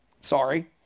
Sorry